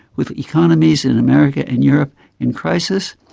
with economies in america and europe in crisis,